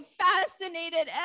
fascinated